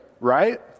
right